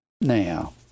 Now